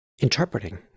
interpreting